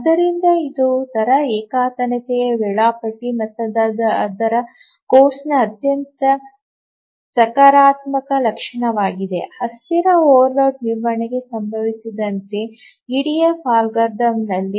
ಆದ್ದರಿಂದ ಇದು ದರ ಏಕತಾನತೆಯ ವೇಳಾಪಟ್ಟಿ ಮತ್ತು ಅದರ ಕೋರ್ಸ್ನ ಅತ್ಯಂತ ಸಕಾರಾತ್ಮಕ ಲಕ್ಷಣವಾಗಿದೆ ಅಸ್ಥಿರ ಓವರ್ಲೋಡ್ ನಿರ್ವಹಣೆಗೆ ಸಂಬಂಧಿಸಿದಂತೆ ಇಡಿಎಫ್ ಅಲ್ಗಾರಿದಮ್ನಲ್ಲಿ